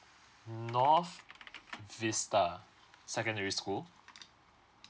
north vista secondary school